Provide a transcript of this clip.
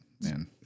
man